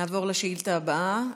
נעבור לשאלה הבאה.